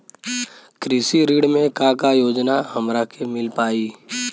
कृषि ऋण मे का का योजना हमरा के मिल पाई?